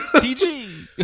PG